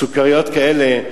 סוכריות כאלה,